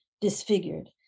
disfigured